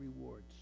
rewards